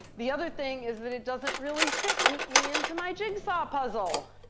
the other thing is that it doesn't really fit neatly into my jigsaw puzzle.